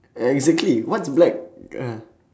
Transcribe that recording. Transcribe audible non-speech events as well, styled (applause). exactly what's black (noise)